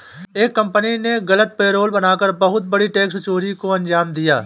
एक कंपनी ने गलत पेरोल बना कर बहुत बड़ी टैक्स चोरी को अंजाम दिया